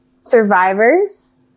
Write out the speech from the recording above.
survivors